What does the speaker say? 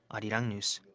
arirang news.